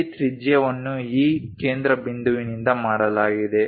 ಈ ತ್ರಿಜ್ಯವನ್ನು ಈ ಕೇಂದ್ರಬಿಂದುವಿನಿಂದ ಮಾಡಲಾಗಿದೆ